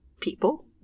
people